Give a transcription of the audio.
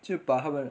就把他们